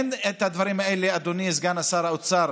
אין את הדברים האלה, אדוני סגן שר האוצר.